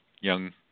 young